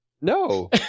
No